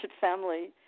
family